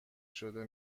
شده